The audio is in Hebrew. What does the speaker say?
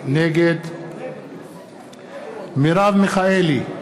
נגד מרב מיכאלי,